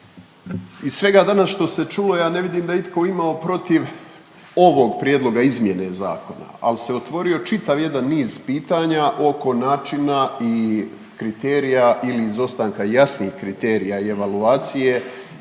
Iz svega danas što se čulo ja ne vidim da je itko imao protiv ovog prijedloga izmjene zakona, al se otvorio čitav jedan niz pitanja oko načina i kriterija ili izostanka jasnih kriterija i evaluacije